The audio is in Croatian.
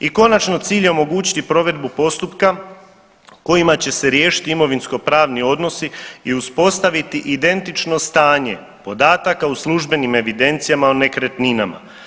I konačno cilj je omogućiti provedbu postupka kojima će se riješiti imovinskopravni odnosi i uspostaviti identično stanje podataka u službenim evidencijama o nekretninama.